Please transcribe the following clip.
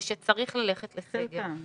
ושצריך ללכת לסגר.